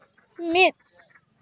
ᱢᱤᱫ